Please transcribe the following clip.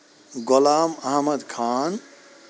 Ghulam Ahmad Khan